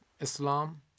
Islam